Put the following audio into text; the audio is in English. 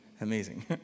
Amazing